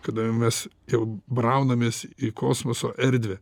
kada mes jau braunamės į kosmoso erdvę